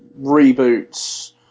reboots